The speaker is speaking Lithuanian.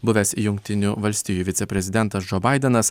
buvęs jungtinių valstijų viceprezidentas džo baidenas